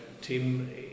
Tim